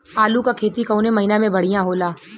आलू क खेती कवने महीना में बढ़ियां होला?